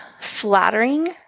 flattering